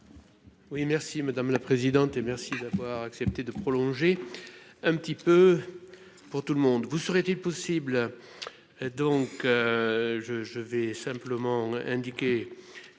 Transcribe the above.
Oui merci madame la présidente, et merci d'avoir accepté de prolonger un petit peu pour tout le monde vous serait-il possible,